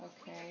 Okay